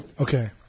Okay